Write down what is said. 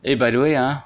eh by the way ah